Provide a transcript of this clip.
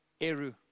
eru